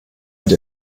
mit